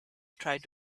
tried